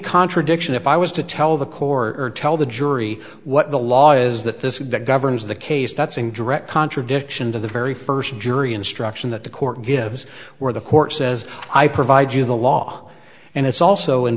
contradiction if i was to tell the court or tell the jury what the law is that this that governs the case that's in direct contradiction to the very first jury instruction that the court gives where the court says i provide you the law and it's also in